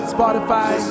Spotify